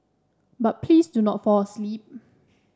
but please do not fall asleep